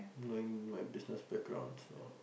my my business background so